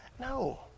No